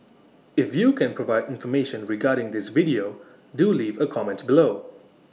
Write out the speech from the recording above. if you can provide information regarding this video do leave A comment below